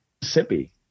Mississippi